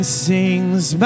sings